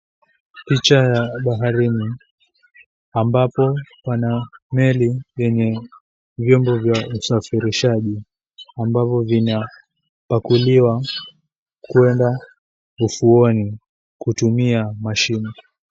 Picha ya baharini, ambapo pana meli yenye vyombo vya usafirishaji, ambavyo vinapakuliwa kuenda ufuoni kutumia mashini.